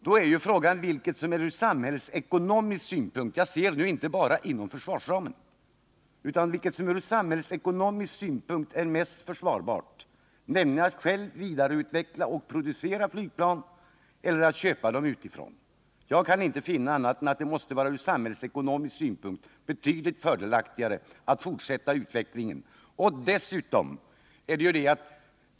Då är frågan vilket som ur samhällsekonomisk synpunkt är mest försvarbart, och då inte bara med hänsyn till försvarsramen — att vi själva vidareutvecklar och producerar flygplan eller att vi köper dem utifrån. Jag kan inte finna annat än att det ur samhällsekonomisk synpunkt måste vara betydligt fördelaktigare att fortsätta utvecklingen av ett nytt flygplan.